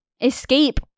escape